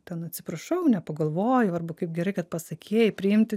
ten atsiprašau nepagalvojau arba kaip gerai kad pasakei priimti